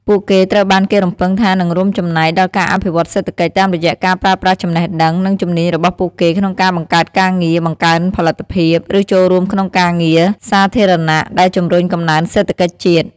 ពួកគេត្រូវបានគេរំពឹងថានឹងរួមចំណែកដល់ការអភិវឌ្ឍសេដ្ឋកិច្ច តាមរយៈការប្រើប្រាស់ចំណេះដឹង និងជំនាញរបស់ពួកគេក្នុងការបង្កើតការងារ បង្កើនផលិតភាព ឬចូលរួមក្នុងការងារសាធារណៈដែលជំរុញកំណើនសេដ្ឋកិច្ចជាតិ។